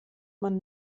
man